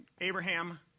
Abraham